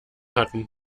hatten